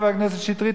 חבר הכנסת שטרית,